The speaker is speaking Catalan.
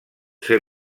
ser